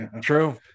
True